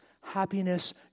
happiness